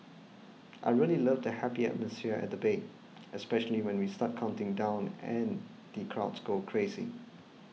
I really love the happy atmosphere at the bay especially when we start counting down and the crowds go crazy